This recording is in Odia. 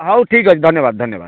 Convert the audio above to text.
ହଉ ଠିକ୍ଅଛି ଧନ୍ୟବାଦ ଧନ୍ୟବାଦ